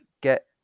get